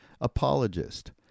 apologist